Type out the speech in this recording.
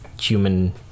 human